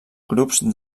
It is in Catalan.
grups